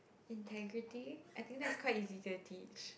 integrity I think that's quite easy to teach